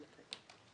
אין כאלה.